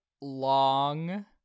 long